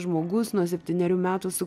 žmogus nuo septynerių metų su